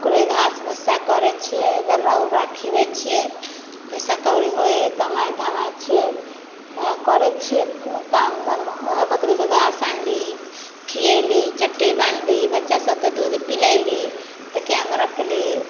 ओकरे घास भुस्सा करै छियै दर्रा उर्रा खिएबै छियै पैसा कौड़ी होइ हइ कमाए धमाए छियै वहए करै छियै काम धन्धा वहए बकरीके घास आनली खिएली चट्टी बान्हली बच्चा सभके दूध पिलैली मे रखली